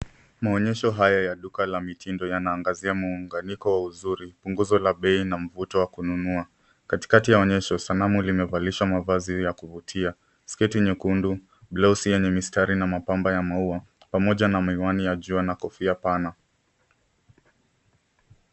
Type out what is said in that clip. Maonyesho haya ya duka la mitindo yanaangazia muunganiko wa uzuri, punguzo la bei na mvuto wa kununua. Katikati ya onyesho, sanamu limevalishwa mavazi ya kuvutia. Sketi nyekundu, blausi yenye mistari na mapambo ya maua, pamoja na miwani ya jua na kofia pana.